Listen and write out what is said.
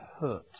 hurt